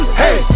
hey